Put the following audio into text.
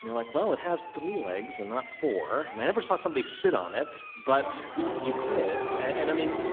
you know like, well, it has three legs and not four. and i never saw somebody sit on it, but you could. and i mean,